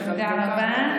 תודה רבה.